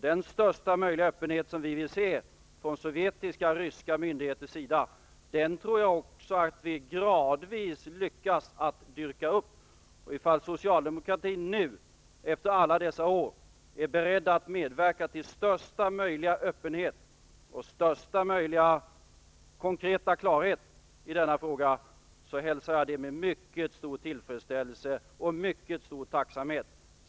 Den största möjliga öppenhet som vi vill ha från sovjetiska/ryska myndigheters sida tror jag att vi gradvis lyckas att dyrka upp. Ifall socialdemokratin nu, efter alla dessa år, är beredd att medverka till största möjliga öppenhet och största möjliga konkreta klarhet i denna fråga, hälsar jag det med mycket stor tillfredsställelse och mycket stor tacksamhet.